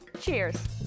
Cheers